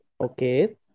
Okay